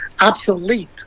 obsolete